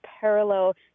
parallel